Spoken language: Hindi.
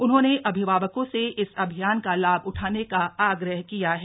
उन्होंने अभिभावकों से इस अभियान का लाभ उठाने का आग्रह किया है